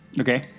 Okay